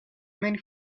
many